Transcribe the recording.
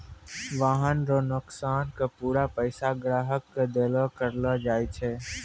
वाहन रो नोकसान के पूरा पैसा ग्राहक के देलो करलो जाय छै